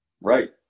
Right